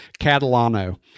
Catalano